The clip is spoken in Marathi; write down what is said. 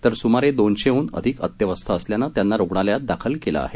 तर सूमारे दोनशेहून अधिक अत्यवस्थ असल्यान त्यांना रुणालयात दाखल केलं आहे